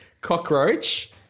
cockroach